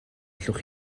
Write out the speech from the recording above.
allwch